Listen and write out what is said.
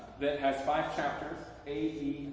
that has five chapters, a,